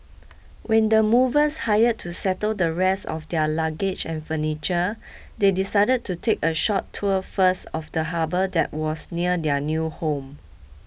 with the movers hired to settle the rest of their luggage and furniture they decided to take a short tour first of the harbour that was near their new home